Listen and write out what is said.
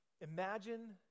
Imagine